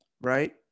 right